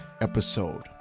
episode